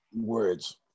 words